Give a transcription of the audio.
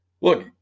look